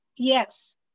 Yes